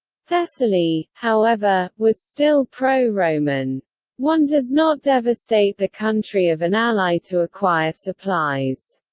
thessaly, however, was still pro-roman. one does not devastate the country of an ally to acquire supplies.